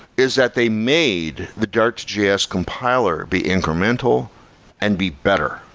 is that they made the darts js compiler be incremental and be better.